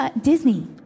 Disney